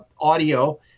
Audio